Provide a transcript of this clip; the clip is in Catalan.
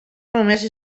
només